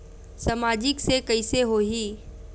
सामाजिक से कइसे होही?